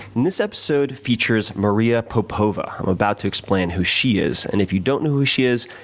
and this episode features maria popova. i'm about to explain who she is. and if you don't know who she is,